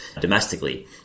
domestically